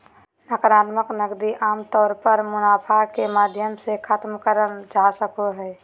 नाकरात्मक नकदी आमतौर पर मुनाफा के माध्यम से खतम करल जा सको हय